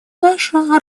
наша